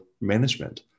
management